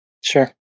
Sure